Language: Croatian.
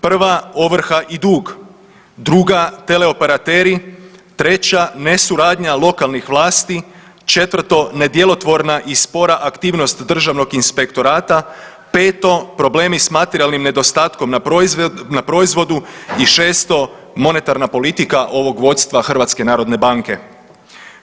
Prva ovrha i dug, druga tele operateri, treća nesuradnja lokalnih vlasti, četvrto nedjelotvorna i spora aktivnost Državnog inspektorata, peto problemi sa materijalnim nedostatkom na proizvodu i šesto monetarna politika ovog vodstva Hrvatske narodne banke.